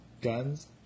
guns